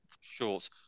shorts